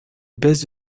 baisses